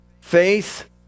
Faith